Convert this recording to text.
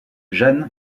jeanne